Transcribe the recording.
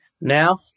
now